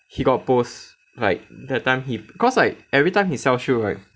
he got post like that time he cause like every time he sell shoe right